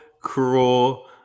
cruel